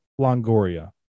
longoria